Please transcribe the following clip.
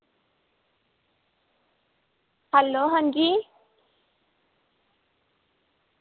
hello हां जी